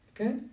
Okay